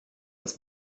das